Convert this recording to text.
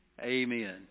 Amen